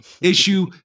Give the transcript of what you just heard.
Issue